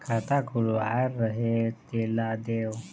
खाता खुलवाय रहे तेला देव?